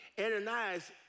Ananias